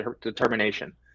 determination